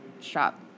shop